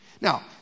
Now